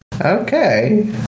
Okay